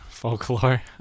Folklore